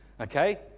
Okay